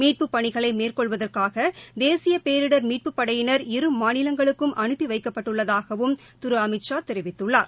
மீட்புப் பணிகளை மேற்கொள்வதற்காக தேசிய பேரிடர் மீட்புப்படையினர் இரு மாநிலங்களுக்கும் அனுப்பி வைக்கப்பட்டுள்ளதாகவும் திரு அமித்ஷா தெரிவித்துள்ளார்